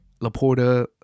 Laporta